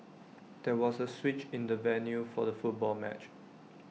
there was A switch in the venue for the football match